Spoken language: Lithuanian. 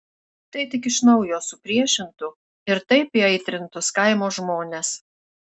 tai tik iš naujo supriešintų ir taip įaitrintus kaimo žmones